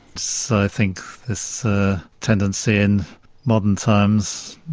so i think this tendency in modern times,